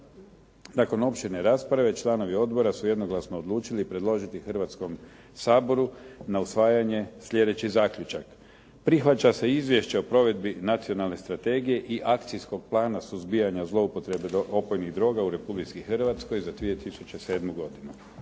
Nakon opširne rasprave članovi odbora su jednoglasno odlučili predložiti Hrvatskom saboru na usvajanje sljedeći zaključak Prihvaća se Izvješće o provedbi Nacionalne strategije i akcijskog plana suzbijanja zloupotrebe opojnih droga u Republici Hrvatskoj za 2007. godinu.